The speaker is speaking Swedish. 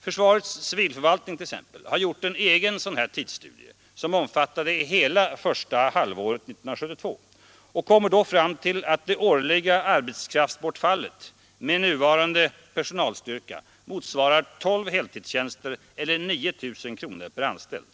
Försvarets civilförvaltning hart.ex. gjort en egen sådan tidsstudie, som omfattar hela första halvåret 1972, och då kommit fram till att det årliga arbetskraftsbortfallet, med nuvarande personalstyrka, motsvarar tolv heltidstjänster eller 9 000 kronor per anställd.